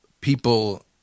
people